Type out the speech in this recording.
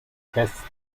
fest